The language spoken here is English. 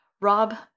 Rob